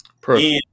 Perfect